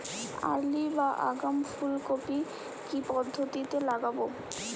Early বা আগাম ফুল কপি কি পদ্ধতিতে লাগাবো?